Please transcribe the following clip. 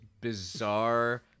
bizarre